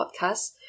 podcast